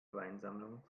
weinsammlung